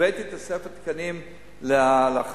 הבאתי תוספת תקנים לאחיות.